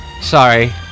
Sorry